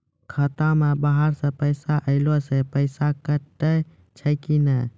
खाता मे बाहर से पैसा ऐलो से पैसा कटै छै कि नै?